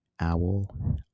owl